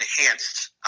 enhanced